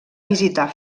visitar